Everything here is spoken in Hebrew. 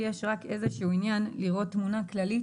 יש לי רק איזשהו עניין לראות תמונה כללית,